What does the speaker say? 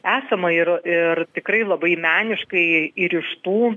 esama ir ir ir tikrai labai meniškai įrištų